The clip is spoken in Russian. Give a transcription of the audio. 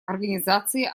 организации